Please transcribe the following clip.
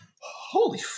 holy